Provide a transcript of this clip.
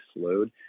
slowed